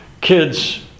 kids